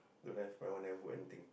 don't have my one never put anything